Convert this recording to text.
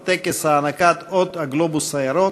את טקס הענקת אות "הגלובוס הירוק".